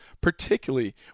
particularly